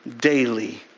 daily